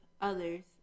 others